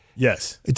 Yes